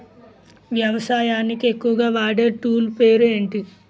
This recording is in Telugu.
వ్యవసాయానికి ఎక్కువుగా వాడే టూల్ పేరు ఏంటి?